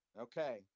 Okay